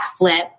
backflip